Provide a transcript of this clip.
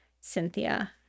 Cynthia